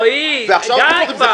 רועי, די כבר.